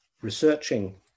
researching